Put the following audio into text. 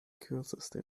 kürzeste